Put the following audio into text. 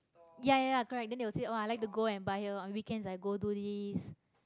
ya ya correct then they will say oh like to go and buy here on weekends I go to this